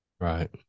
Right